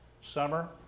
summer